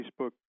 Facebook